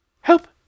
Help